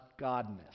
godness